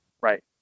right